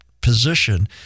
position